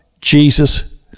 Jesus